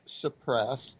suppressed